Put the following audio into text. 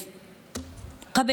(אומרת דברים בשפה הערבית,